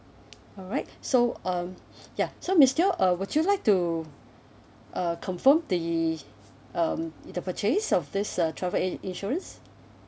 alright so um ya so miss teo uh would you like to uh confirm the um the purchase of this uh travel ag~ insurance